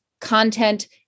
content